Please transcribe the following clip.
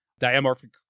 diamorphic